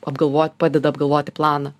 apgalvot padeda apgalvoti planą